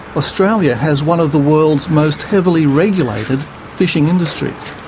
australia has one of the world's most heavily regulated fishing industries.